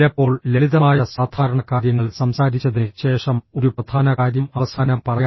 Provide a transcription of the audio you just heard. ചിലപ്പോൾ ലളിതമായ സാധാരണ കാര്യങ്ങൾ സംസാരിച്ചതിന് ശേഷം ഒരു പ്രധാന കാര്യം അവസാനം പറയാം